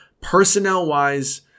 personnel-wise